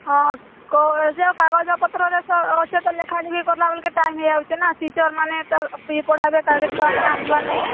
ହଁ କେଉଁ ଏ ଯେଉଁ କାଗଜପତ୍ରରେ ଲେଖାଲେଖି କରିଲା ବେଲ୍କେ ଟାଇମ୍ ହେଇଯାଉଛେ ନା ଟିଚର୍ମାନେ ତ ଫ୍ରି ପଢ଼ାଇବେ କାରଣ ଛୁଆମାନେ ଆସିବାର୍ ନାହିଁ